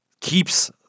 keeps